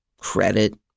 credit